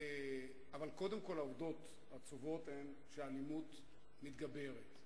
אבל קודם כול העובדות העצובות הן שהאלימות מתגברת.